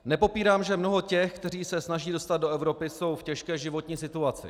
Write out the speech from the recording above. Nepopírám, že mnoho těch, kteří se snaží dostat do Evropy, jsou v těžké životní situaci.